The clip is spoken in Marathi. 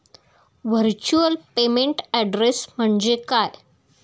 व्हर्च्युअल पेमेंट ऍड्रेस म्हणजे काय?